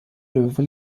löwe